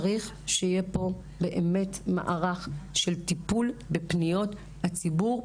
צריך שיהיה פה מערך של טיפול בפניות הציבור,